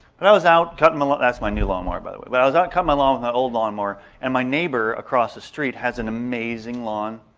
but i was out cutting my lawn-that's my new lawnmower by the way. but i was out cutting my lawn with my old lawnmower and my neighbor across the street has an amazing lawn.